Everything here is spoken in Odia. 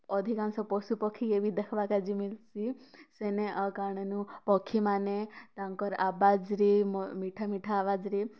ଅଧିକାଂଶ ପଶୁ ପକ୍ଷୀକେ ବି ଦେଖ୍ବାକେ ଯେ ମିଲ୍ସି ସେନେ ଆଉ କା'ଣା ନୁ ପକ୍ଷୀମାନେ ତାଙ୍କର୍ ଆବାଜ୍ନେ ମିଠା ମିଠା ଆବାଜ୍ ରେ